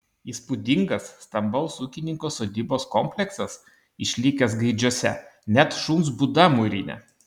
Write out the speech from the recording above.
įspūdingas stambaus ūkininko sodybos kompleksas išlikęs gaidžiuose net šuns būda mūrinė